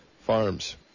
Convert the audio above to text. Farms